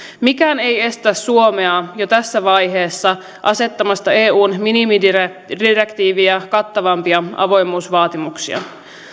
mikään ei estä suomea jo tässä vaiheessa asettamasta eun minimidirektiiviä kattavampia avoimuusvaatimuksia